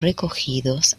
recogidos